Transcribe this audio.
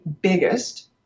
biggest